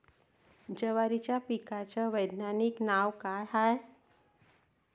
जवारीच्या पिकाचं वैधानिक नाव का हाये?